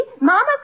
Mama